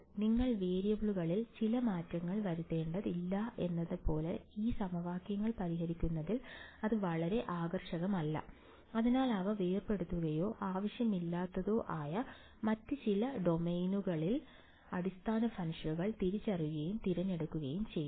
നിങ്ങൾ വേരിയബിളുകളിൽ ചില മാറ്റങ്ങൾ വരുത്തേണ്ടതില്ല എന്നതുപോലെ ഈ സമവാക്യങ്ങൾ പരിഹരിക്കുന്നതിൽ അത് വളരെ ആകർഷകമല്ല അതിനാൽ അവ വേർപെടുത്തുന്നതോ ആവശ്യമില്ലാത്തതോ ആയ മറ്റ് ചില ഡൊമെയ്നുകൾ അടിസ്ഥാന ഫംഗ്ഷനുകൾ തിരിച്ചറിയുകയും തിരഞ്ഞെടുക്കുകയും ചെയ്യുന്നു